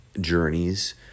journeys